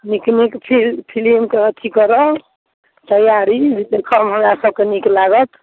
नीक नीक फिल्मके अथी करब तैआरी जे देखऽमे हमरा सबके नीक लागत